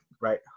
Right